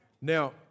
Now